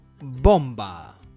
bomba